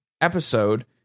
episode